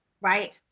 right